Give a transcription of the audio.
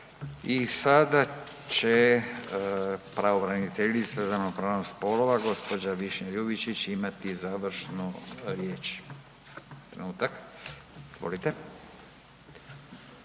I sada će pravobraniteljice za ravnopravnost spolova gospođa Višnja Ljubičić imati završnu riječ. Izvolite.